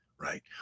right